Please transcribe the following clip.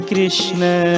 Krishna